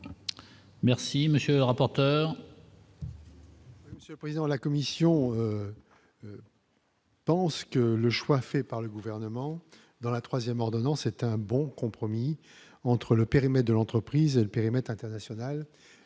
Merci, monsieur le rapporteur. Le président de la commission. Pense que le choix fait par le gouvernement dans la 3ème ordonnance est un bon compromis entre le périmètre de l'entreprise, le périmètre international